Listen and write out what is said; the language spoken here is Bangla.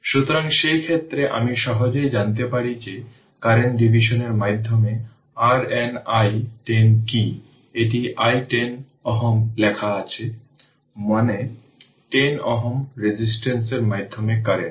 সুতরাং সেই ক্ষেত্রে আমি সহজেই জানতে পারি যে কারেন্ট ডিভিশনের মাধ্যমে RN i 10 কী এটি i 10 Ω লেখা আছে মানে 10 Ω রেজিস্টেন্সের মাধ্যমে কারেন্ট